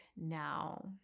now